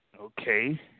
okay